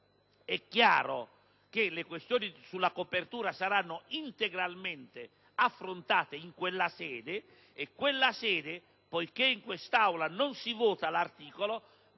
punto, le questioni sulla copertura saranno integralmente affrontate in quella sede nella quale, poiché in quest'Aula non si vota l'articolo,